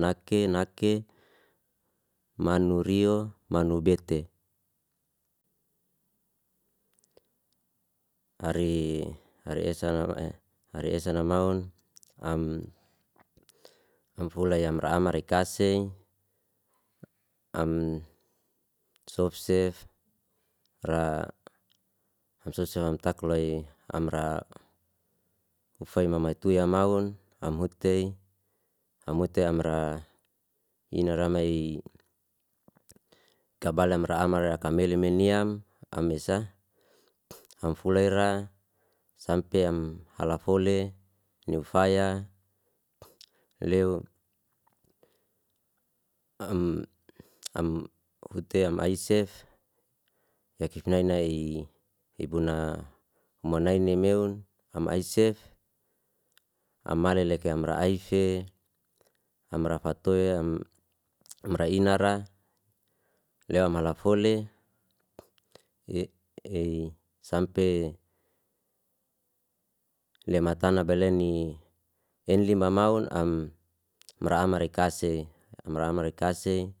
nake nake, manu rio, manu bete. Ari- ari esan ari esan na maun. Am fulya ya amra ya amra rekasey. Am sofsef ra am sofset am takloi amra ufei mamatuya maun, am hutei amra ina ramai kabale ra amra kamele maniyam. Am esa am fulay ra sampe am halafole, niufaya, leo am- am hutei am aisef ya kifnainay, ibuna muanaini meun. Am aisef am aleleke amra aife, amra fatoya am- amra inara, leo am malafole ei sampe lematana beleni enli mamaun, am amra ra kase amra ra kase.